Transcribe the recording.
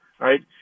Right